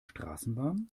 straßenbahn